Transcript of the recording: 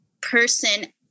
person